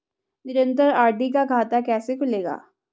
निरन्तर आर.डी का खाता कैसे खुलेगा?